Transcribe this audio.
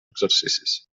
exercicis